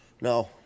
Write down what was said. No